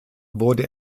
wurde